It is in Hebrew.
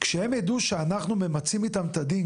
כשהם ידעו שאנחנו ממצים איתם את הדין,